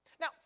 Now